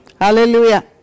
Hallelujah